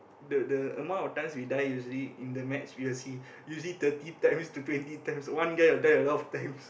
the the amount of times we die usually in a match you will see usually thirty times to twenty times one guy will die a lot of times